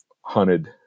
hunted